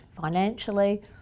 financially